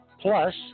Plus